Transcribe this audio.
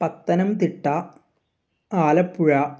Pathanamthitta Alappuzha